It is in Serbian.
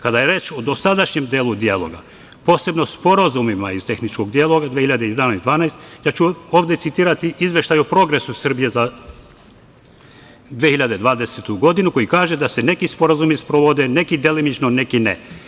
Kada je reč o dosadašnjim delu dijaloga, posebno sporazumima iz tehničkog dela, iz 2011, 2012. ja ću ovde citirati izveštaj o progresu Srbije za 2020. godinu koji kaže da se neki sporazumi sprovode neki delimično, neki ne.